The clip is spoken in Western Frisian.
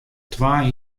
twa